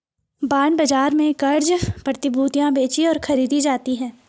bond बाजार में क़र्ज़ प्रतिभूतियां बेचीं और खरीदी जाती हैं